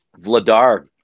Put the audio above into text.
Vladar